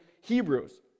Hebrews